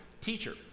teacher